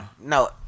No